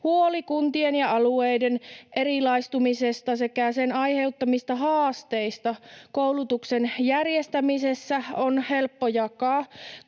Huoli kuntien ja alueiden erilaistumisesta sekä sen aiheuttamista haasteista koulutuksen järjestämisessä on helppo jakaa.